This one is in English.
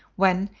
when,